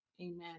Amen